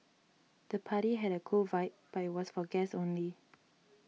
the party had a cool vibe but was for guests only